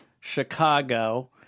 Chicago